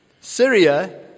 Syria